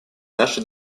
наши